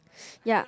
ya